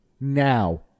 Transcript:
now